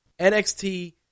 NXT